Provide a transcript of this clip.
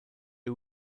les